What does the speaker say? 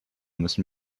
müssen